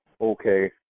okay